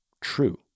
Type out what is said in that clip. True